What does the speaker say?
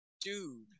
Dude